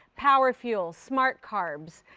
power fuel, smart carbs,